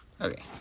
Okay